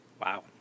wow